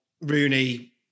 Rooney